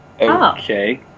Okay